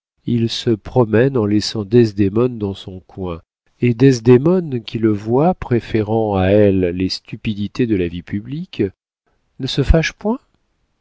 il se promène en laissant desdémone dans son coin et desdémone qui le voit préférant à elle les stupidités de la vie publique ne se fâche point